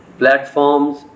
platforms